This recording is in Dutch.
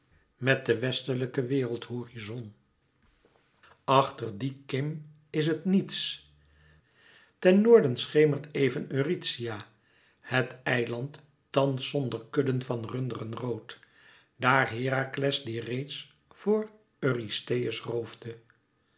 met den westelijken wereldhorizon achter die kim is het niets ten noorden schemert even eurythia het eiland thans zonder kudden van runderen rood daar herakles die reeds voor eurystheus